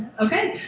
Okay